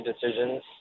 decisions